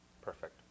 Perfect